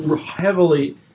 heavily